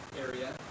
area